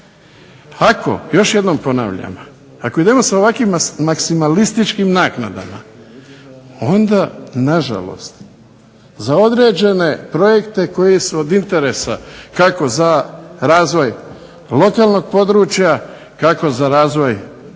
Ako još jednom ponavljam, ako idemo s ovakvim maksimalističkim naknadama, onda nažalost za određene projekte koji su od interesa kako za razvoj lokalnog područja, kako za razvoj